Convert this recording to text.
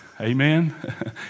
Amen